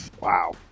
wow